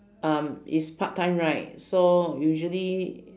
um it's part time right so usually